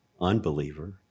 unbeliever